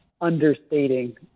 understating